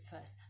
first